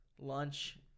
lunch